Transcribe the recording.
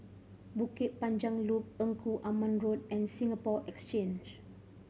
Bukit Panjang Loop Engku Aman Road and Singapore Exchange